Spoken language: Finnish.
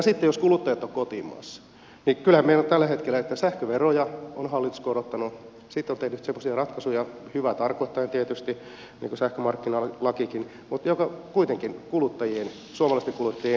sitten jos kuluttajat ovat kotimaassa niin kyllähän meillä on tällä hetkellä niin että sähköveroja on hallitus korottanut sitten on tehnyt semmoisia ratkaisuja hyvää tarkoittaen tietysti niin kuin sähkömarkkinalakikin jotka kuitenkin suomalaisten kuluttajien siirtohintoja nostavat